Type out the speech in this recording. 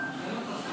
--- התשובה.